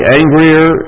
angrier